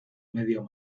medio